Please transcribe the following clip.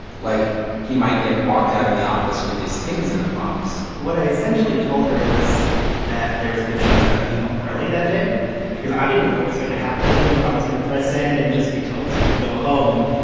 like he might get walked out of the office with his things in a box what i essentially told her was that there was a good chance i would be home early that day because i didn't know what was going to happen. i didn't know if i was going to press send and just be told to go home.